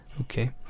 Okay